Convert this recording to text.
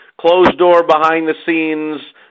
closed-door-behind-the-scenes